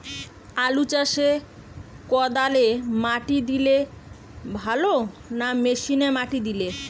আলু চাষে কদালে মাটি দিলে ভালো না মেশিনে মাটি দিলে?